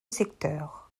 secteur